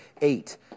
eight